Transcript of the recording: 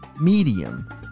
medium